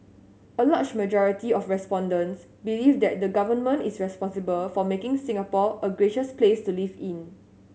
a large majority of respondents believe that the Government is responsible for making Singapore a gracious place to live in